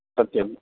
सत्यम्